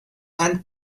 and